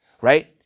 Right